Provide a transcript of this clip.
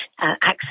access